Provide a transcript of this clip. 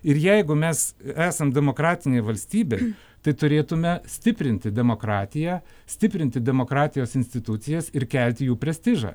ir jeigu mes esam demokratinė valstybė tai turėtume stiprinti demokratiją stiprinti demokratijos institucijas ir kelti jų prestižą